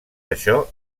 això